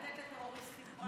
לתת לטרוריסטים פרס?